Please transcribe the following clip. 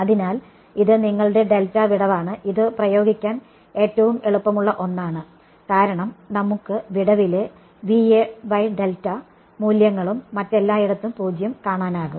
അതിനാൽ ഇത് നിങ്ങളുടെ ഡെൽറ്റ വിടവാണ് ഇത് പ്രയോഗിക്കാൻ ഏറ്റവും എളുപ്പമുള്ള ഒന്നാണ് കാരണം നമുക്ക് വിടവിലെ മൂല്യങ്ങളും മറ്റെല്ലായിടത്തും 0 കാണാനാകും